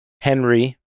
Henry